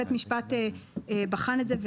בית המשפט בחן את זה,